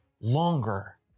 longer